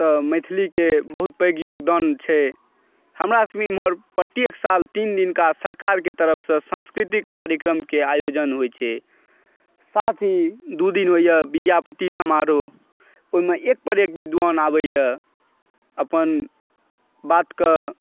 मैथिलीके बहुत पैघ योगदान छै हमरासभ एमहर प्रत्येक साल तीन दिनका सरकारके तरफ़से सांस्कृतिक कार्यक्रमक आयोजन होइ छै साथ ही दू दिन होइए विद्यापति समारोह ओहिमे एक पर एक विद्वान आबै यऽ अपन बातके